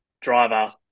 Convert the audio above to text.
driver